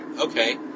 okay